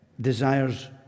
desires